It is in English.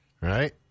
right